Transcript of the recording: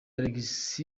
alex